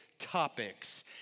topics